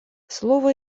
слово